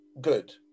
good